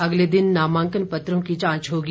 अगले दिन नामांकन पत्रों की जांच होगी